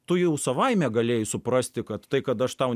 tu jau savaime galėjai suprasti kad tai kad aš tau